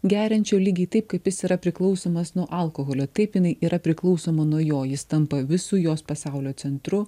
geriančio lygiai taip kaip jis yra priklausomas nuo alkoholio taip jinai yra priklausoma nuo jo jis tampa visu jos pasaulio centru